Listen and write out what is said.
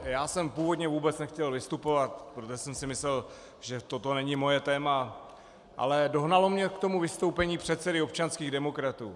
Já jsem původně vůbec nechtěl vystupovat, protože jsem si myslel, že toto není moje téma, ale dohnalo mě k tomu vystoupení předsedy občanských demokratů.